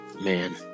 Man